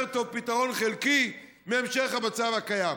יותר טוב פתרון חלקי מהמשך המצב הקיים.